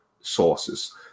sources